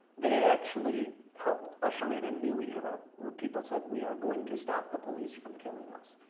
they actually helped usher in a new era, where people said we are going to stop the police from killing us,